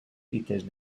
fites